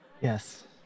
Yes